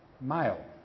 male